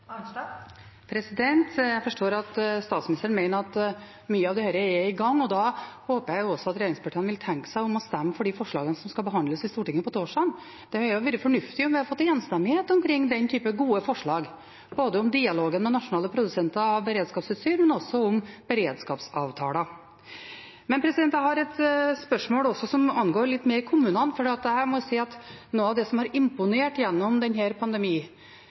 Jeg forstår at statsministeren mener at mye av dette er i gang, og da håper jeg at regjeringspartiene vil tenke seg om og stemme for de forslagene som skal behandles i Stortinget på torsdag. Det hadde jo vært fornuftig om vi hadde fått en enstemmighet omkring den typen gode forslag, både om dialogen med nasjonale produsenter av beredskapsutstyr og også om beredskapsavtaler. Jeg har et spørsmål som mer angår kommunene, for her må jeg si at noe av det som har imponert gjennom